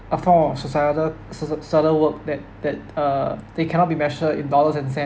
a form of societal socie~ societal work that that uh they cannot be measure in dollars and cent